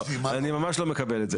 אני ממש לא מקבל את זה.